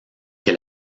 que